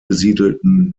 besiedelten